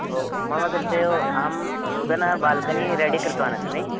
ओ मम कृते अहं नूतनं बाल्कनी रेडि कृतवान् अस्मि